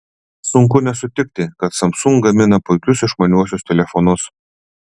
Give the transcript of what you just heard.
sunku nesutikti kad samsung gamina puikius išmaniuosius telefonus